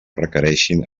requereixen